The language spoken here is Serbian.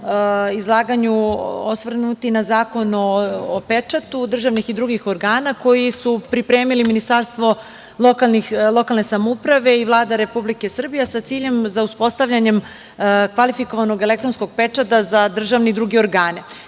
izlaganju osvrnuti na Zakon o pečatu državnih i drugih organa koji su pripremili Ministarstvo lokalne samouprave i Vlada Republike Srbije, a sa ciljem za uspostavljanjem kvalifikovanog elektronskog pečata za državne i druge